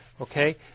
Okay